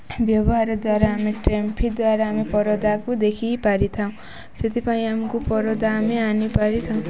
ବ୍ୟବହାର ଦ୍ୱାରା ଆମେ ଦ୍ୱାରା ଆମେ ପରଦାକୁ ଦେଖି ପାରିଥାଉ ସେଥିପାଇଁ ଆମକୁ ପରଦା ଆମେ ଆଣିପାରିଥାଉ